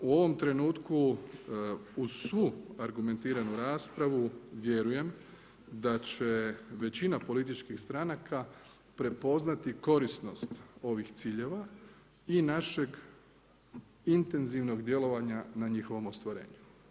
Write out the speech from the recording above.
U ovom trenutku uz svu argumentiranu raspravu vjerujem da će većina političkih stranaka prepoznati korisnost ovih ciljeva i našeg intenzivnog djelovanja na njihovom ostvarenju.